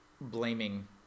blaming